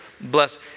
bless